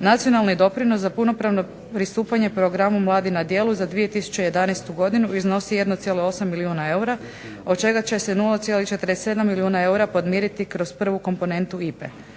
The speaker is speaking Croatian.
Nacionalni doprinos za punopravno pristupanje Programa mladi na djelu za 2011. godinu iznosi 1,8 milijuna eura od čega će se 0,47 milijuna eura podmiriti kroz prvu komponentu IPA-e.